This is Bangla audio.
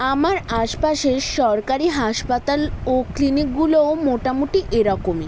আমার আশপাশের সরকারি হাসপাতাল ও ক্লিনিকগুলোও মোটামুটি এরকমই